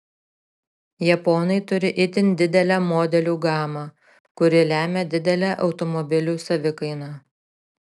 japonai turi itin didelę modelių gamą kuri lemią didelę automobilių savikainą